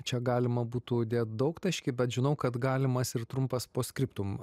čia galima būtų dėt daugtaškį bet žinau kad galimas ir trumpas post skriptum